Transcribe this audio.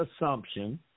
assumption